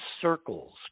circles